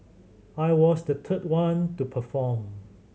I was the third one to perform